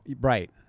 Right